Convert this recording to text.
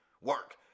work